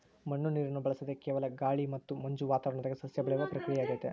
ಮಣ್ಣು ನೀರನ್ನು ಬಳಸದೆ ಕೇವಲ ಗಾಳಿ ಮತ್ತು ಮಂಜು ವಾತಾವರಣದಾಗ ಸಸ್ಯ ಬೆಳೆಸುವ ಪ್ರಕ್ರಿಯೆಯಾಗೆತೆ